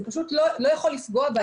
זה פשוט לא יכול לפגוע בהם.